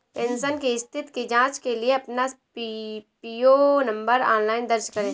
pension की स्थिति की जांच के लिए अपना पीपीओ नंबर ऑनलाइन दर्ज करें